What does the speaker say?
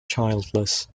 childless